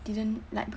didn't like